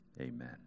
amen